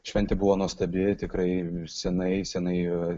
šventė buvo nuostabi tikrai senai senai